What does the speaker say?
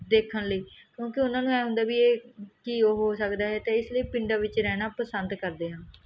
ਦੇਖਣ ਲਈ ਕਿਉਂਕਿ ਉਹਨਾਂ ਨੂੰ ਐਂ ਹੁੰਦਾ ਵੀ ਇਹ ਕੀ ਹੋ ਸਕਦਾ ਹੈ ਅਤੇ ਇਸ ਲਈ ਪਿੰਡਾਂ ਵਿੱਚ ਰਹਿਣਾ ਪਸੰਦ ਕਰਦੇ ਹਾਂ